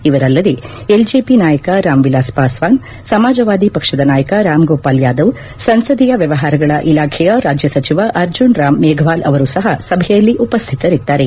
ಇವರಲ್ಲದೆ LJP ನಾಯಕ ರಾಮ್ ವಿಲಾಸ್ ಪಾಸ್ವಾನ್ ಸಮಾಜವಾದಿ ಪಕ್ಷದ ನಾಯಕ ರಾಮ್ಗೋಪಾಲ್ ಯಾದವ್ ಸಂಸದೀಯ ವ್ಯವಹಾರಗಳ ಇಲಾಖೆಯ ರಾಜ್ಯ ಸಚಿವ ಅರ್ಜುನ್ ರಾಮ್ ಮೇಫವಾಲ್ ಅವರೂ ಸಹ ಸಭೆಯಲ್ಲಿ ಉಪಸ್ಥಿತರಿದ್ದಾರೆ